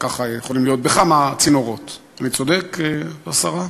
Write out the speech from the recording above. ככה יכולים להיות בכמה צינורות, אני צודק, השרה?